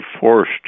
forced